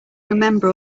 remember